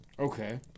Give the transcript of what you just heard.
Okay